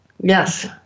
Yes